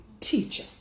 teacher